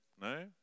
No